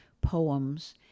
poems